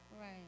Right